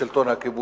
לשלטון הכיבוש,